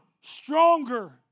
stronger